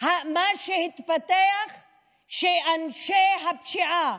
מה שהתפתח הוא שאנשי הפשיעה,